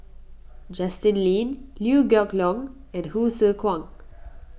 Justin Lean Liew Geok Leong and Hsu Tse Kwang